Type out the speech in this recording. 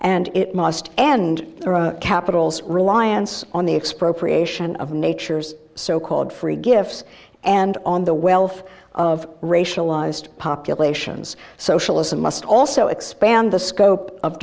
and it must end capitals reliance on the expropriation of nature's so called free gifts and on the wealth of racialized populations socialism must also expand the scope of